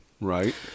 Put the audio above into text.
Right